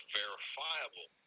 verifiable